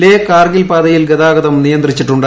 ലേ കാർഗിൽ പാതയിൽ ഗതാഗതം നിയന്ത്രിച്ചിട്ടുണ്ട്